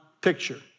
picture